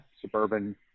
suburban